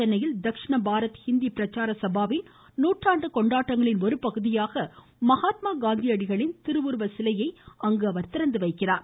சென்னையில் தக்ஷண பாரத் ஹிந்தி பிரச்சார சபாவின் நூற்றாண்டு கொண்டாட்டங்களின் ஒருபகுதியாக மகாத்மா காந்தியடிகளின் திருவுருவ சிலையை அவர் அங்கு திறந்துவைக்கிறார்